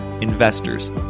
investors